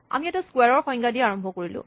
আমি এটা ক্সোৱাৰ ৰ সংজ্ঞা দি আৰম্ভ কৰিলোঁ